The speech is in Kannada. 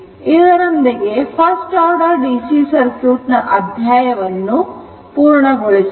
ಇದರೊಂದಿಗೆ ಫಸ್ಟ್ ಆರ್ಡರ್ ಡಿಸಿ ಸರ್ಕ್ಯೂಟ್ ನ ಅಧ್ಯಾಯವನ್ನು ಪೂರ್ಣಗೊಳಿಸೋಣ